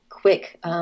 quick